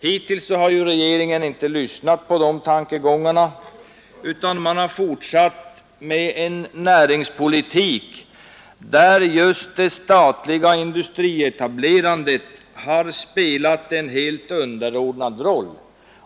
Hittills har regeringen inte lyssnat på de tankegångarna utan fortsatt föra en näringspolitik där det statliga industrietablerandet har spelat en helt underordnad roll.